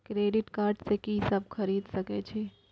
Credit card से की सब खरीद सकें छी?